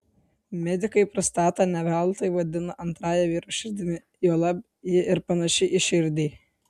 medikai prostatą ne veltui vadina antrąja vyro širdimi juolab ji ir panaši į širdį